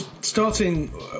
starting